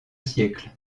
siècle